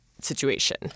situation